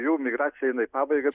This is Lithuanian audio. jų migracija eina į pabaigą